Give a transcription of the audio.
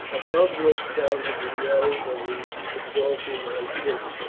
above which sounded the yells of the exulting iceni.